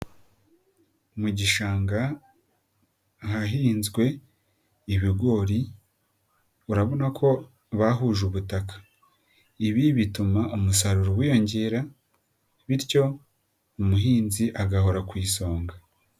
Mu gishanga ahahinzwe ibigori, urabona ko bahuje ubutaka, ibi bituma umusaruro wiyongera bityo umuhinzi agahora ku isonga.